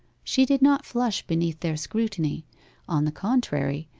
she did not flush beneath their scrutiny on the contrary,